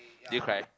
did you cry